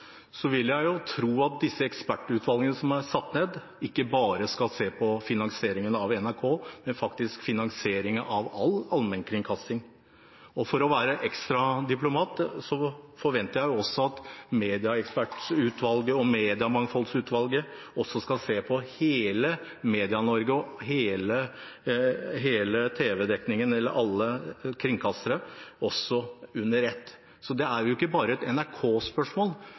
Jeg vil jo tro at de ekspertutvalgene som er satt ned, ikke bare skal se på finansieringen av NRK, men faktisk finansieringen av all allmennkringkasting. Og for å være ekstra diplomatisk forventer jeg at ekspertutvalget og mediemangfoldsutvalget også skal se på hele Medie-Norge og hele tv-dekningen og alle kringkastere under ett. Så det er ikke bare et